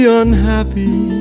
unhappy